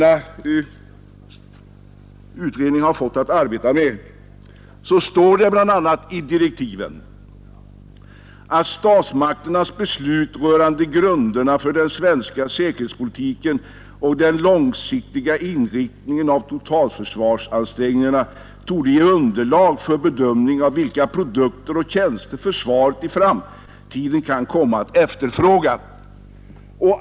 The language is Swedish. I utredningens direktiv heter det bl.a. att statsmakternas beslut rörande grunderna för den svenska säkerhetspolitiken och den långsiktiga inriktningen av totalförsvarsansträngningarna torde ge underlag för bedömningen av vilka produkter och tjänster försvaret i framtiden kan komma att efterfråga.